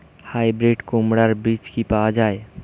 Hybrid কুমড়ার বীজ কি পাওয়া য়ায়?